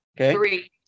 Okay